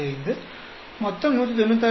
65 மொத்தம் 196